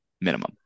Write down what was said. minimum